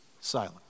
silent